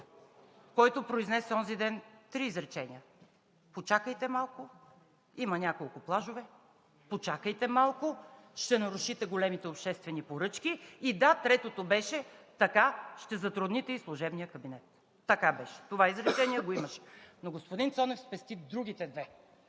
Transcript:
който произнесе онзи ден три изречения: почакайте малко, има няколко плажове; почакайте малко, ще нарушите големите обществени поръчки; и да, третото беше – така ще затрудните и служебния кабинет. Така беше, това изречение го имаше, но господин Цонев спести другите две.